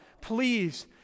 please